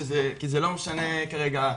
כי זה לא משנה כרגע,